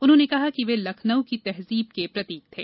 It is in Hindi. उन्होंने कहा कि वे लखनऊ की तहजीब के प्रतीक थे